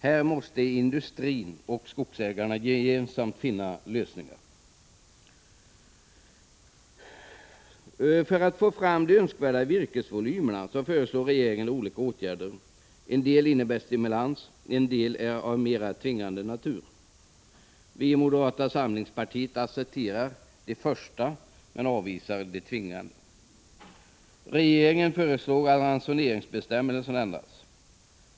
Här måste industrin och skogsägarna gemensamt finna lösningar. För att få fram de önskvärda virkesvolymerna föreslår regeringen olika ågärder. En del innebär stimulans, andra är av mera tvingande natur. Moderata samlingspartiet accepterar de förstnämnda, men avvisar de tvingande. Regeringen föreslår att ransoneringsbestämmelserna skall ändras.